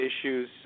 issues